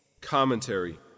Commentary